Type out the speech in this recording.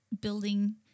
building